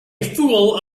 fool